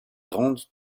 rendent